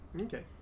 okay